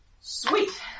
Sweet